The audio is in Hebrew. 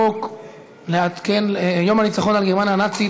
חוק יום הניצחון על גרמניה הנאצית,